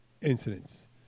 incidents